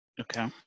Okay